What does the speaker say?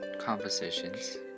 conversations